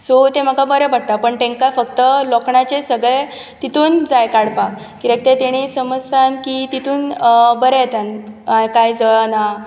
so तें म्हाका बरें पडटा पण तेंका फक्त लोखणांचे सगळे तितूनच जाय सगळे काडपाक कित्याक ते तेणें समजता की तितून बरें येता काय जळनां